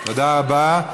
תודה רבה.